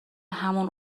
همون